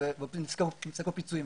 נפסקו להם פיצוים.